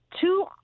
Two –